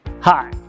Hi